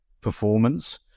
performance